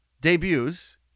debuts